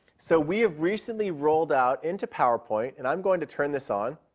so we have recently rolled out into powerpoint, and i'm going to turn this on,